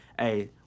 Hey